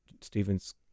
Stephen's